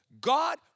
God